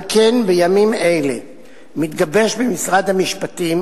על כן, בימים אלה מתגבש במשרד המשפטים